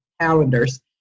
calendars